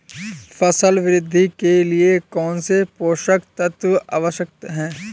फसल वृद्धि के लिए कौनसे पोषक तत्व आवश्यक हैं?